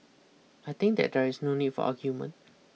I think that there is no need for argument